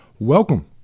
Welcome